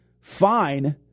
fine